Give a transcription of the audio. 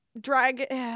Drag